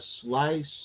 slice